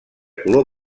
color